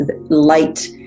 light